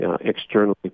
Externally